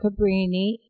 Cabrini